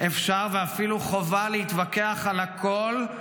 אפשר ואפילו חובה להתווכח על הכול,